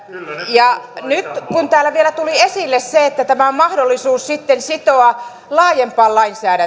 kun täällä vielä tuli esille se että tämä on mahdollista sitten sitoa laajempaan lainsäädäntöön niin on